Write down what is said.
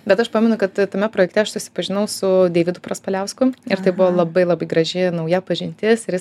bet aš pamenu kad tame projekte aš susipažinau su deividu praspaliausku ir tai buvo labai labai graži nauja pažintis ir jis